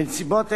בנסיבות אלה,